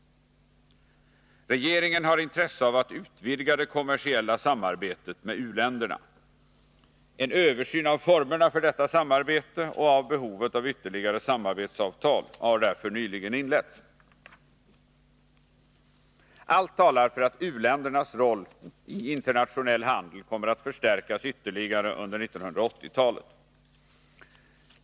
Regeringen har intresse av att utvidga det kommersiella samarbetet med u-länderna. En översyn av formerna för detta samarbete och av behovet av ytterligare samarbetsavtal har därför nyligen inletts. Allt talar för att u-ländernas roll i internationell handel kommer att förstärkas ytterligare under 1980-talet.